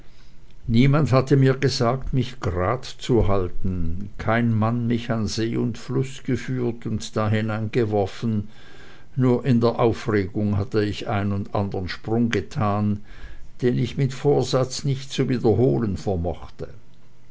niemand hatte mir gesagt mich grad zu halten kein mann mich an see und fluß geführt und da hineingeworfen nur in der aufregung hatte ich ein und andern sprung getan den ich mit vorsatz nicht zu wiederholen vermochte